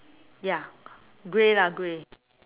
ya grey lah grey